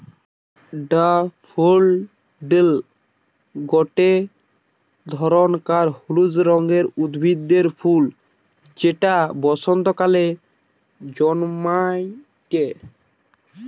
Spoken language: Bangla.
ড্যাফোডিল গটে ধরণকার হলুদ রঙের উদ্ভিদের ফুল যেটা বসন্তকালে জন্মাইটে